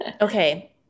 Okay